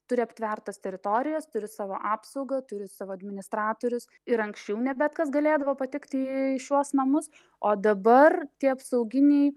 turi aptvertas teritorijas turi savo apsaugą turi savo administratorius ir anksčiau ne bet kas galėdavo patekti į šiuos namus o dabar tie apsauginiai